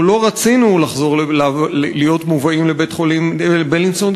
לא רצינו להיות מובאים לבית-החולים בילינסון,